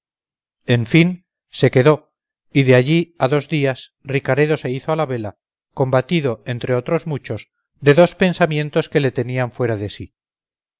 en fin se quedó y de allí a dos días ricaredo se hizo a la vela combatido entre otros muchos de dos pensamientos que le tenían fuera de sí